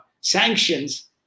sanctions